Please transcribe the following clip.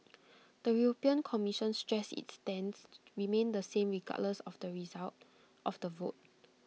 the european commission stressed its stance remained the same regardless of the result of the vote